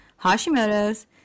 Hashimoto's